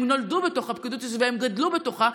הם נולדו בתוך הפקידות והם גדלו בתוכה,